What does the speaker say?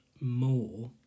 more